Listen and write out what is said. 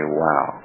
wow